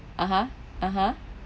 (uh huh) (uh huh)